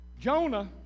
Jonah